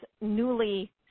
newly